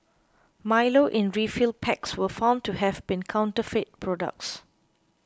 Milo in refill packs were found to have been counterfeit products